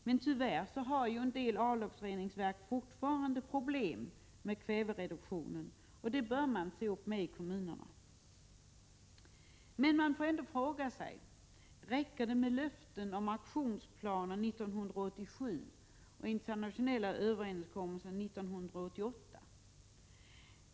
Men tyvärr har en del avloppsreningsverk fortfarande problem med kvävereduktionen. Det bör man se upp med i kommunerna. Man får ändå fråga sig: Räcker det med löften om aktionsplaner 1987 och internationella överenskommelser 1988?